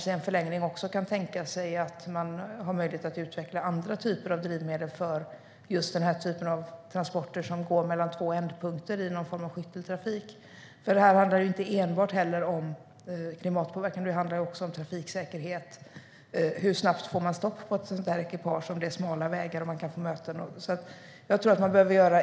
I förlängningen kanske det också finns möjlighet att utveckla andra typer av drivmedel för just den här typen av transporter som går mellan två ändpunkter i någon form av skytteltrafik. Det handlar inte heller enbart om klimatpåverkan, utan det handlar också om trafiksäkerhet och hur snabbt man får stopp på ett sådant ekipage på smala vägar där man kan få möten.